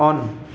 on